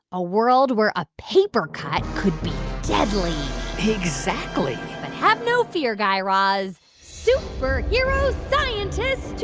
a world where a paper cut could be deadly exactly but have no fear, guy raz. superhero scientists to